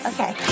Okay